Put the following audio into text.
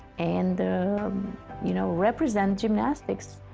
and you know represent gymnastics.